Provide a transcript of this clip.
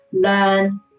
learn